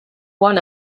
one